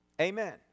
Amen